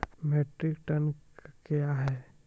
Metric tonne कया हैं?